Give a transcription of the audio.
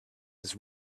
his